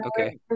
Okay